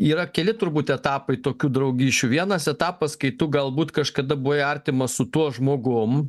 yra keli turbūt etapai tokių draugysčių vienas etapas kai tu galbūt kažkada buvai artimas su tuo žmogum